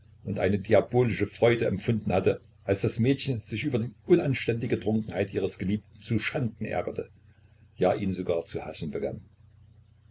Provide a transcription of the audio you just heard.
und eine diabolische freude empfunden hatte als das mädchen sich über die unanständige trunkenheit ihres geliebten zu schanden ärgerte ja ihn sogar zu hassen begann